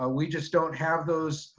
ah we just don't have those